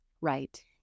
Right